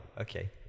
okay